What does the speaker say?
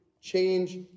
change